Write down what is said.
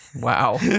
Wow